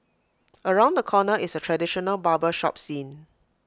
around the corner is A traditional barber shop scene